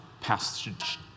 passage